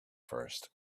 first